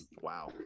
Wow